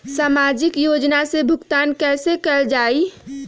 सामाजिक योजना से भुगतान कैसे कयल जाई?